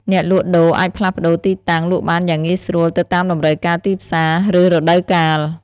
អ្នកលក់ដូរអាចផ្លាស់ប្តូរទីតាំងលក់បានយ៉ាងងាយស្រួលទៅតាមតម្រូវការទីផ្សារ ឬរដូវកាល។